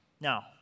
Now